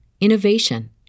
innovation